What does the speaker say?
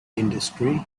industry